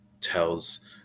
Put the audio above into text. tells